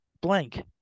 Blank